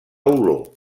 olor